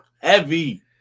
Heavy